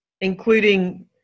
including